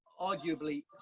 arguably